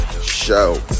show